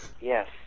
Yes